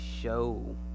show